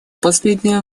последнее